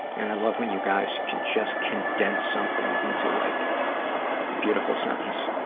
and i love when you guys can just condense something into like a beautiful sentence.